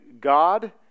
God